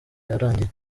yarangiye